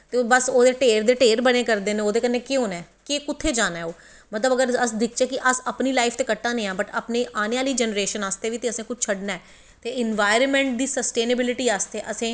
ते ओह् बस ढेर दे ढेर बने करदे न ते ओह्दे कन्नैं केह् होनां ऐ के कुत्थें जाना ऐ ओह् ते अस दिखचै अपनी लाईफ ते कड्ढने आं पर अपनी आनें आह्ली जनरेशन ते बी ते कुच्छ शड्डनां ऐ ते इन्बाइरमैंट दी सस्टेनेवलटी अस्ते असैं